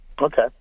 Okay